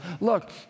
look